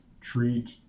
treat